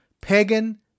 Pagan